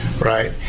right